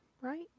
right